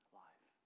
life